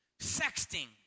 Sexting